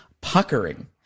Puckering